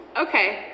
Okay